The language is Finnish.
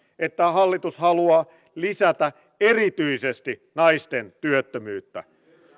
että hallitus haluaa lisätä erityisesti naisten työttömyyttä